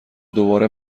دوباره